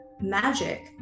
magic